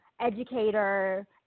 educator